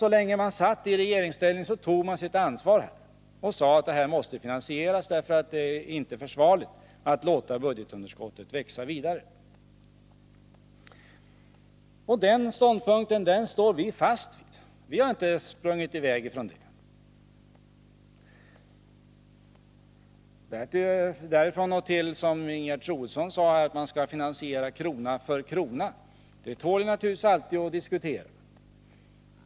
Så länge man satt i regeringsställning tog man alltså sitt ansvar och sade att skattereformen måste finansieras, därför att det inte var försvarligt att låta budgetunderskottet växa vidare. Och den ståndpunkten står vi fast vid. Vi har inte sprungit ifrån den. Men att man, som Ingegerd Troedsson sade, skulle finansiera reformen krona för krona tål att diskuteras.